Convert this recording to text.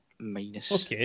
minus